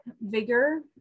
vigor